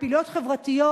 בפעילויות חברתיות,